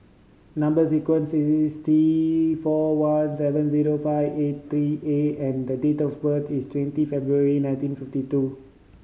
number sequence is T four one seven zero five eight three A and the date of birth is twenty February nineteen fifty two